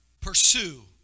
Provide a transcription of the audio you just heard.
Pursue